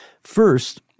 First